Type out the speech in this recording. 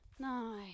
Nice